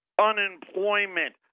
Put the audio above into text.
unemployment